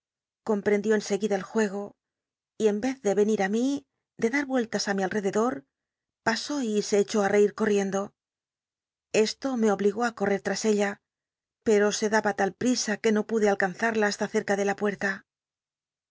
omjll'endió en seguirla el juego y en rcz de venir á mí de dar rucllas á mi alrededor pasó se echó i reir coi'i'icndo esto me obligó á correr tras ella pero se daba tal prisa que no pude alcanzada hasta tci'ca de la puerta